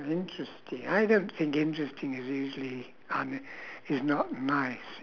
interesting I don't think interesting is usually I me~ it's not nice it's